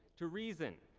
to reason,